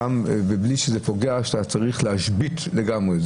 ובלי שזה פוגע ואתה צריך להשבית לגמרי.